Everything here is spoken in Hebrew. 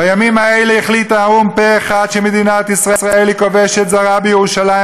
בימים האלה החליט האו"ם פה-אחד שמדינת ישראל היא כובשת זרה בירושלים,